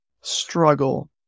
struggle